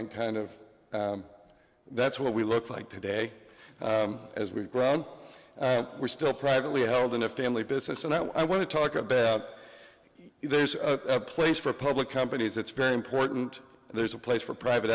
and kind of that's what we look like today as we've grown and we're still privately held in a family business and i want to talk a bit if there's a place for public companies it's very important there's a place for private